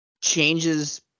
changes